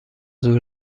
زور